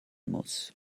muss